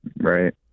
Right